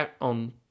on